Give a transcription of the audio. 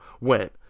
went